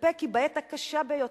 מצפה כי בעת הקשה ביותר